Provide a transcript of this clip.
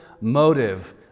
motive